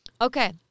okay